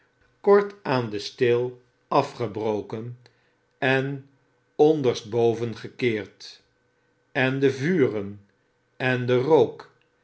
kort aan den steel afgebroken en onderst boven gekeerd en de vuren en de rook